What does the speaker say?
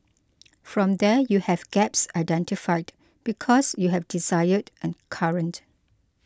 from there you have gaps identified because you have desired and current